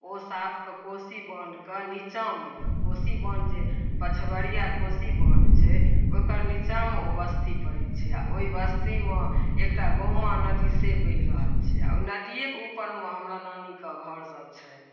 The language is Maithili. ओ साफ कऽ कोसी बान्हके निचाँमे अइ कोसी बान्ह जे पछबरिआ कोसी बान्ह छै ओकर निचाँमे ओ बस्ती पड़ै छै ओहि बस्तीमे एकटा गहुमा नदी से बहि रहल छै आओर ओहि नदिएके उपरमे हमरा नानीके घरसब छनि